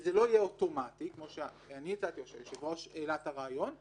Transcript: שזה לא יהיה אוטומטי כמו שאני הצעתי או שהיושב-ראש העלה את הרעיון,